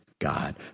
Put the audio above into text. God